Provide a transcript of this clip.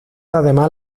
además